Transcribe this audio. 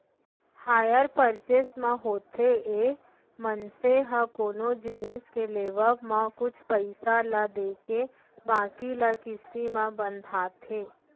hire purchase म होथे ये मनसे ह कोनो जिनिस के लेवब म कुछ पइसा ल देके बाकी ल किस्ती म बंधाथे